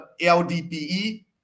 LDPE